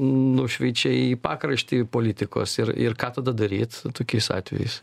nušveičia į pakraštį politikos ir ir ką tada daryt tokiais atvejais